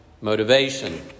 motivation